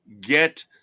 get